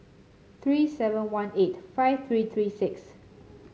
three seven one eight five three three six